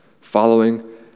following